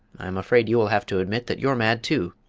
i'm afraid you will have to admit that you're mad too.